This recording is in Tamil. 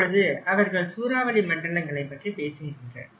இப்பொழுது அவர்கள் சூறாவளி மண்டலங்களை பற்றி பேசுகின்றனர்